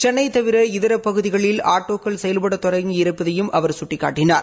சென்ளை தவிர இதர பகதிகளில் ஆட்டோக்கள் செயல்பட தொடங்கி இருப்பதையும் அவர் சுட்டிக்காட்டினார்